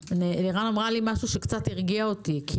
לירן אמרה לי משהו שקצת הרגיעה אותי כי